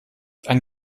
ein